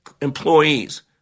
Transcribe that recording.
employees